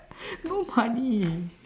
no money